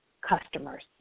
customers